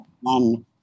one